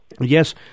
Yes